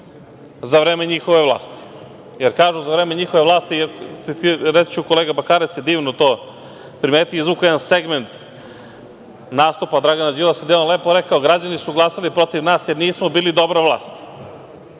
za vreme njihove vlasti. Kažu za vreme njihove vlasti, reći ću, kolega Bakarec je divno to primetio, izvukao je jedan segment nastupa Dragana Đilasa gde je on lepo rekao – građani su glasali protiv nas jer nismo bili dobra vlast.